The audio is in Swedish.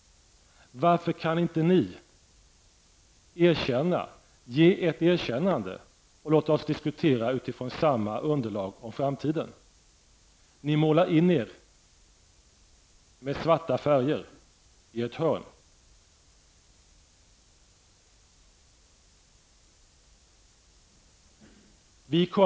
Varför kan inte ni ge ett erkännade och låta oss diskutera utifrån samma underlag om framtiden? Ni målar in er med svart färg i ett hörn.